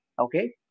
Okay